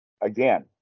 again